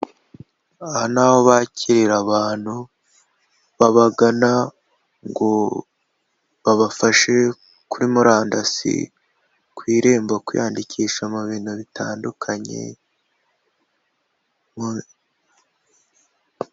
Aha ni aho bakirira abantu babagana ngo babafashe kuri murandasi, ku irembo kwiyandikisha mu bintu bitandukanye.